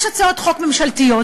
יש הצעות חוק ממשלתיות,